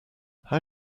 how